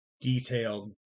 detailed